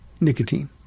nicotine